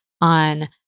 on